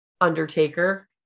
Undertaker